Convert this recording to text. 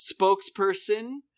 spokesperson